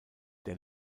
der